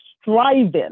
striving